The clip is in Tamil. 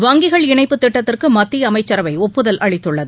வங்கிகள் இணைப்பு திட்டத்திற்கு மத்திய அமைச்சரவை ஒப்புதல் அளித்துள்ளது